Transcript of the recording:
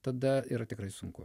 tada yra tikrai sunku